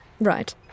Right